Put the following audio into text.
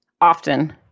often